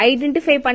Identify